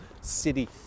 city